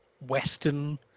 western